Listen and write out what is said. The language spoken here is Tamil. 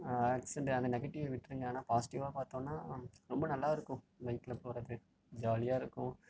ஆக்ஸிடென்ட் அந்த நெகட்டிவ்வை விட்ருங்க ஆனால் பாசிட்டிவ்வாக பார்த்தோன்னா ரொம்ப நல்லாயிருக்கும் பைக்கில் போகிறது ஜாலியாக இருக்கும்